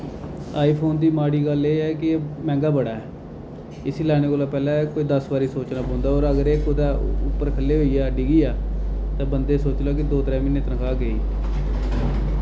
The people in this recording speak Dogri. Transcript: आई फोन दी माड़ी गल्ल एह् ऐ कि मैंह्गा बड़ा ऐ इस्सी लैने कोला पैह्ले कोई दस बारी सोचने पौंदा होर अगर एह् कुतै उप्पर खल्ले होई गेआ डिग्गी जा ते बंदे दी सोची लाओ कि दो त्रै म्हीने दी तन्खाह् गेई